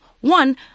One